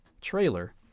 trailer